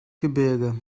gebirge